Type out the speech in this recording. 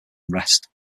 unrest